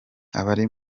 abari